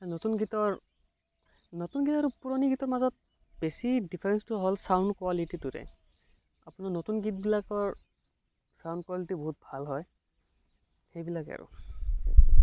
আৰু নতুন গীতৰ নতুন গীত আৰু পুৰণি গীতৰ মাজত বেছি ডিফাৰেঞ্চটো হ'ল চাউণ্ড কুৱালিটিটোৰে আপোনাৰ নতুন গীতবিলাকৰ চাউণ্ড কুৱালিটি বহুত ভাল হয় সেইবিলাকেই আৰু